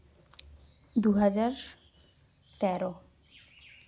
ᱫᱩ ᱦᱟᱡᱟᱨ ᱛᱮᱨᱚ